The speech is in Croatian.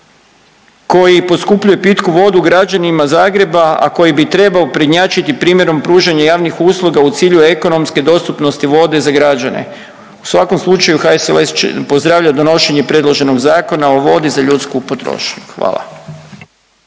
koji poskupljuje pitku vodu građanima Zagreba, a koji bi trebao prednjačiti primjerom pružanja javnih usluga u cilju ekonomske dostupnosti vode za građane. U svakom slučaju, HSLS će, pozdravlja donošenje predloženog Zakona o vodi za ljudsku potrošnju. Hvala.